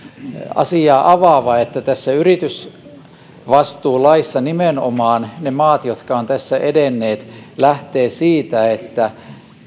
asiaa avaava että tässä yritysvastuulaissa nimenomaan ne maat jotka ovat tässä edenneet lähtevät siitä että